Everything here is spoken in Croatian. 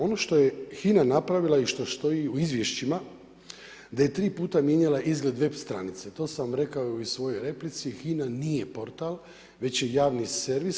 Ono što je HINA napravila i što stoji u izvješćima da je 3 puta mijenjala izgled web stranice, to sam vam rekao i u svojoj replici, HINA nije portal, već je javni servis.